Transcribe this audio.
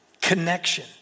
Connection